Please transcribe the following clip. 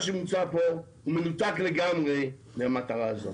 מה שמוצע פה הוא מנותק לגמרי מהמטרה הזאת.